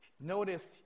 Notice